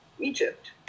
Egypt